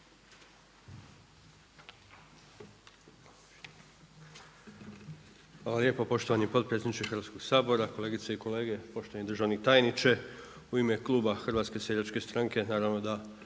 Hvala lijepo poštovani potpredsjedniče Hrvatskoga sabora, kolegice i kolege, poštovani državni tajniče. U ime kluba Hrvatske seljačke stranke naravno da